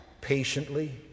patiently